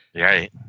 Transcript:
Right